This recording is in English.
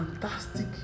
fantastic